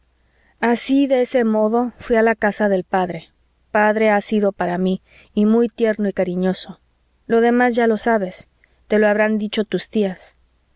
así de ese modo fui a la casa del padre padre ha sido para mí y muy tierno y cariñoso lo demás ya lo sabes te lo habrán dicho tus tías